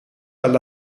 alla